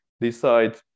decide